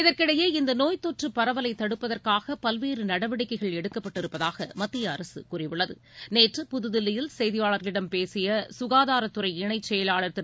இதற்கிடையே இந்த நோய்த்தொற்று பரவலை தடுப்பதற்காக பல்வேறு நடவடிக்கைகள் எடுக்கப்பட்டிருப்பதாக மத்திய அரசு கூறியுள்ளது நேற்று புதுதில்லியில் செய்தியாளர்களிடம் பேசிய சுகாதாரத்துறை இணைச் செயலாளர் திரு